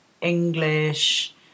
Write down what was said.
English